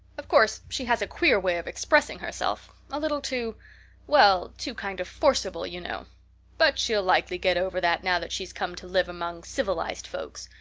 of course, she has a queer way of expressing herself a little too well, too kind of forcible, you know but she'll likely get over that now that she's come to live among civilized folks.